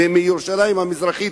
מירושלים המזרחית,